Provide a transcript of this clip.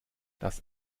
das